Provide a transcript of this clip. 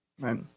Right